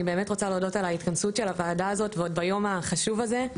אני באמת רוצה להודות על ההתכנסות של הוועדה הזאת ועוד ביום החשוב הזה.